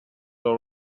all